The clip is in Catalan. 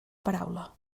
paraula